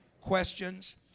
Questions